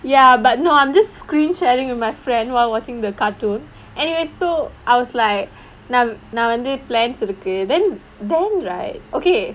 ya but no I'm just screen sharing with my friend while watching the cartoon anyway so I was like நான் வந்து:naan vanthu plans இருக்கு:irukku then then right okay